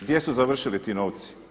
Gdje su završili ti novci?